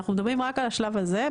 אנחנו מדברים רק על השלב הזה,